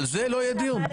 על זה לא יהיה דיון.